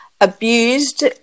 abused